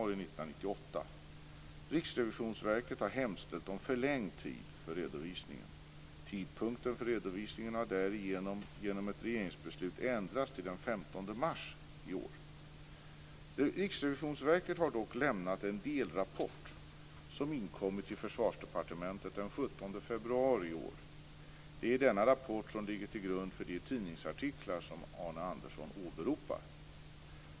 Riksrevisionsverket har hemställt om förlängd tid för redovisningen. Tidpunkten för redovisningen har därför genom ett regeringsbeslut ändrats till den 15 mars 1998. Riksrevisionsverket har dock lämnat en delrapport som inkommit till Försvarsdepartementet den 17 februari 1998. Det är den rapporten som ligger till grund för de tidningsartiklar som Arne Andersson åberopar.